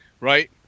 Right